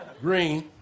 green